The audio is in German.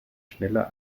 schneller